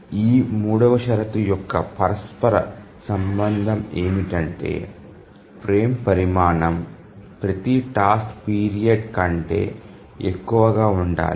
ఈ మూడవ షరతు యొక్క పరస్పర సంబంధం ఏమిటంటే ఫ్రేమ్ పరిమాణం ప్రతి టాస్క్ పీరియడ్ కంటే ఎక్కువగా ఉండాలి